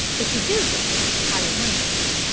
if you do get it, i reminded her,